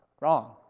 Wrong